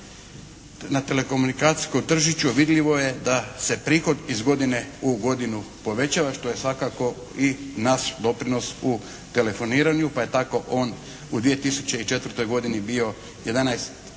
na telekomunikacijskom tržištu vidljivo je da se prihod iz godine u godinu povećava što je svakako i naš doprinos u telefoniranju, pa je tako on u 2004. godini bio 11